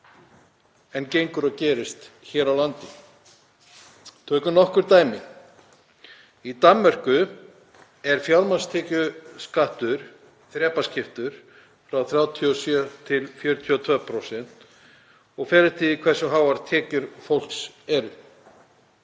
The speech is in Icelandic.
en gengur og gerist hér á landi. Tökum nokkur dæmi. Í Danmörku er fjármagnstekjuskattur þrepaskiptur frá 37–42% og fer eftir því hversu háar tekjur fólks eru.